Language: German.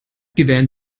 gewähren